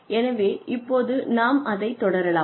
எனவே இப்போது நாம் அதைத் தொடரலாம்